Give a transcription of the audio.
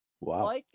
Wow